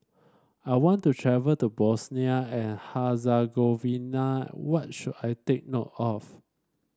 I want to travel to Bosnia and Herzegovina what should I take note of